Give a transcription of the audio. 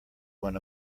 when